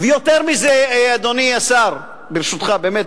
ויותר מזה, אדוני השר, ברשותך, באמת,